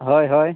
ᱦᱳᱭ ᱦᱳᱭ